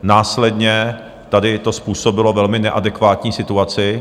Následně tady to způsobilo velmi neadekvátní situaci.